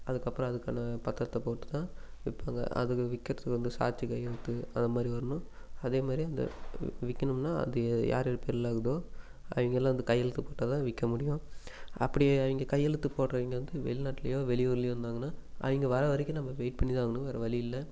அதுக்கப்புறம் அதுக்கான பத்திரத்த போட்டுதான் விற்பாங்க அதுக்கு விற்குறத்துக்கு வந்து சாட்சி கையெழுத்து அது மாதிரி வரணும் அதே மாதிரி இந்த இது விற்கணும்னா அது யார் யார் பேரில் இருக்குதோ அவங்கள்லாம் வந்து கையெழுத்து போட்டால்தான் விற்க முடியும் அப்படி அவங்க கையெழுத்து போடறவைங்க வந்து வெளிநாட்டுலேயோ வெளியூருலேயோ இருந்தாங்கனால் அவங்க வர்ற வரைக்கும் நம்ம வெயிட் பண்ணிதான் ஆகணும் வேறு வழியில்லை